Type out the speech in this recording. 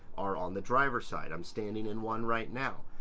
are on the driver side. i'm standing in one right now.